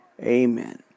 amen